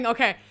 Okay